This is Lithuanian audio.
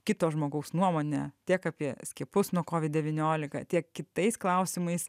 kito žmogaus nuomonę tiek apie skiepus nuo kovid devyniolika tiek kitais klausimais